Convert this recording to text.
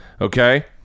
okay